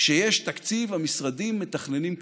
כשיש תקציב, המשרדים מתכננים קדימה,